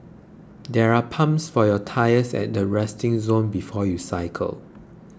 there are pumps for your tyres at the resting zone before you cycle